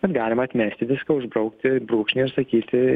bet galima atmesti viską užbraukti brūkšnį ir sakyti